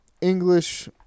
English